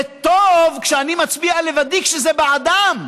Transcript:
זה טוב כשאני מצביע לבדי כשזה בעדם,